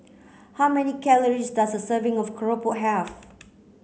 how many calories does a serving of Keropok have